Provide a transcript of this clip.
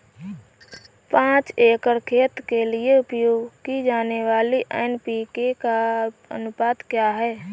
पाँच एकड़ खेत के लिए उपयोग की जाने वाली एन.पी.के का अनुपात क्या है?